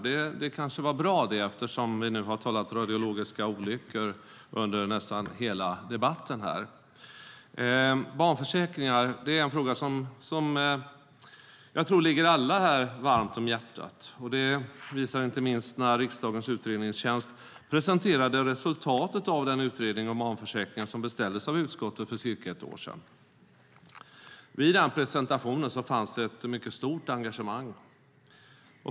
Det kanske är bra eftersom vi nu har talat om radiologiska olyckor under nästan hela debatten. Barnförsäkringar är en fråga som jag tror ligger alla varmt om hjärtat. Det visade sig inte minst när riksdagens utredningstjänst presenterade resultatet av den utredning om barnförsäkringar som beställdes av utskottet för cirka ett år sedan. Vid den presentationen fanns det ett mycket stort engagemang.